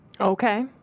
Okay